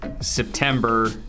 September